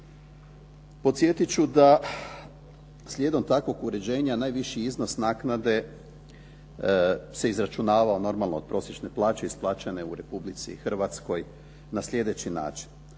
podsjetit ću da slijedom takvog uređenja najviši iznos naknade se izračunavao normalno od prosječne plaće isplaćene u Republici Hrvatskoj na slijedeći način.